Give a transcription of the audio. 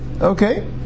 Okay